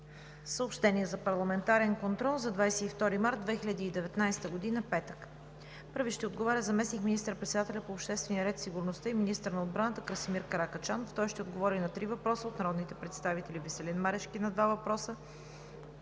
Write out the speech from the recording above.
Съобщения за парламентарен контрол за 22 март 2019 г., петък: 1. Заместник министър-председателят по обществения ред и сигурността и министър на отбраната Красимир Каракачанов ще отговори на три въпроса от народните представители Веселин Марешки – два въпроса;